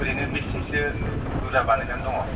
ओरैनो बेसे सो बुरजा बानायनानै दङ